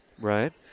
Right